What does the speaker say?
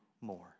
more